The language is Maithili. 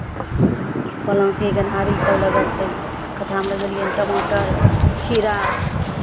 सभ पलाङ्की गेनहारी सभ लगल छै खद्धामे लगैलियै हन टमाटर खीरा